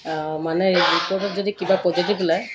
মানে ৰিপৰ্টত যদি কিবা পজিটিভ ওলায়